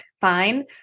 fine